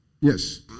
Yes